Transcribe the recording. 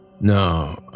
No